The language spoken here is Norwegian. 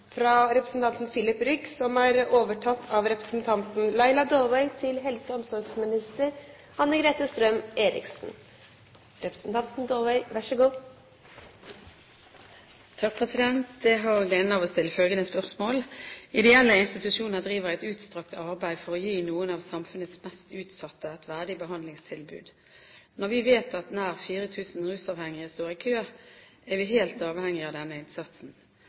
fra representanten Filip Rygg til helse- og omsorgsministeren, vil bli tatt opp av representanten Laila Dåvøy. Jeg har gleden av å stille følgende spørsmål: «Ideelle institusjoner driver et utstrakt arbeid for å gi noen av samfunnets mest utsatte et verdig behandlingstilbud. Når vi vet at nær 4 000 rusavhengige står i kø, er vi helt avhengige av denne innsatsen.